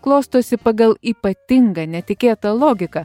klostosi pagal ypatingą netikėtą logiką